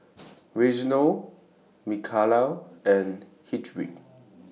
Reginal Micaela and Hedwig